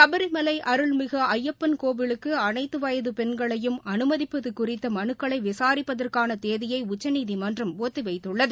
சபரிமலை அருள்மிகு ஜயப்பன் கோவிலுக்கு அனைத்து வயது பென்களையும் அனுமதிப்பது குறித்த மனுக்களை விசாரிப்பதற்கான தேதியை உச்சநீதிமன்றம் ஒத்தி வைத்துள்ளது